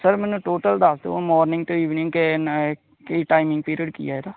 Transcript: sir ਮੈਨੂੰ total ਦੱਸ ਦਿਉ ਮੋਰਨਿੰਗ ਅਤੇ ਈਵਨਿੰਗ ਕਿ ਨਾਈ ਕੀ ਟਾਈਮਿੰਗ ਪੀਰੀਅਡ ਕੀ ਹੈ ਇਹਦਾ